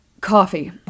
Coffee